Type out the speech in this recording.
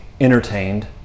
entertained